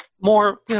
More